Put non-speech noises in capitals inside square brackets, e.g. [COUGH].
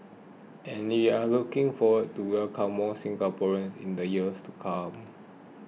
and [UNINTELLIGIBLE] are looking forward to welcoming more Singaporeans in the years to come